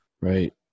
Right